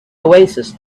oasis